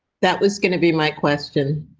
that was going to be my question.